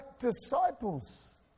disciples